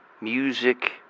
music